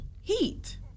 heat